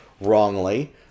wrongly